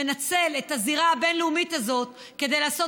מנצל את הזירה הבין-לאומית הזאת כדי לעשות